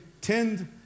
tend